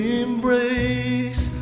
embrace